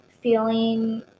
Feeling